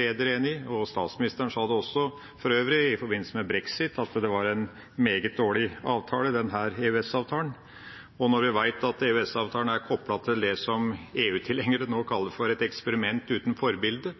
leder enig i. Statsministeren sa for øvrig også, i forbindelse med brexit, at EØS-avtalen var en meget dårlig avtale. Og når vi vet at EØS-avtalen er koplet til det som EU-tilhengere nå kaller for et eksperiment uten forbilde